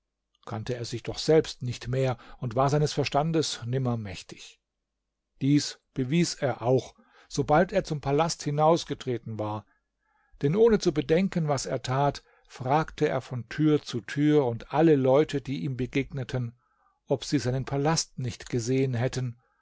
kannte er sich doch selbst nicht mehr und war seines verstandes nimmer mächtig dies bewies er auch sobald er zum palast hinausgetreten war denn ohne zu bedenken was er tat fragte er von tür zu tür und alle leute die ihm begegneten ob sie seinen palast nicht gesehen hätten